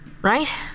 Right